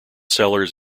sellers